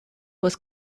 was